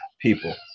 people